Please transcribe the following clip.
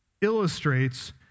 illustrates